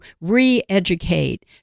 re-educate